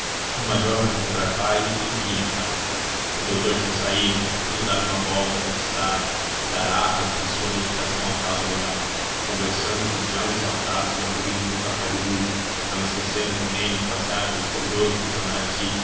o major foi encontrar pai e filha em casa o doutor tinha saído ido dar volta pela cidade dar arras de sua dedicação à causa legal conversando com os mais exaltados jacobinos do café do rio não esquecendo também de passear pelos corredores do itamarati